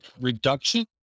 reduction